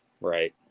Right